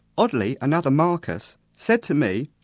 oddly another marcus, said to me,